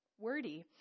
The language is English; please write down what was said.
wordy